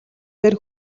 дээр